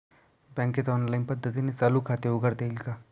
बँकेत ऑनलाईन पद्धतीने चालू खाते उघडता येईल का?